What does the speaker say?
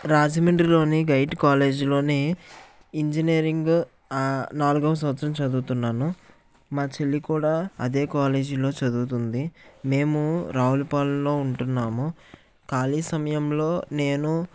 రాజమండ్రిలోని గైట్ కాలేజీలోని ఇంజినీరింగు నాలుగవ సంవత్సరం చదువుతున్నాను మా చెల్లి కూడా అదే కాలేజీలో చదువుతుంది మేము రావులపాలెంలో ఉంటున్నాము ఖాళీ సమయంలో నేను